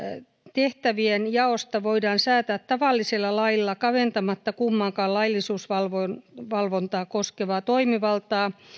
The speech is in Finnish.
tehtävienjaosta voidaan säätää tavallisella lailla kaventamatta kummankaan laillisuusvalvontaa koskevaa toimivaltaa